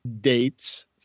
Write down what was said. dates